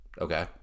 Okay